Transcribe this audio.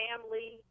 family